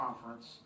conference